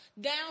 Down